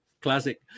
classic